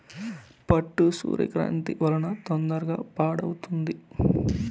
పట్టు సూర్యకాంతి వలన తొందరగా పాడవుతుంది